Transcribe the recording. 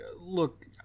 look